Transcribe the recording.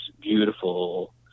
beautiful